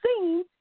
seen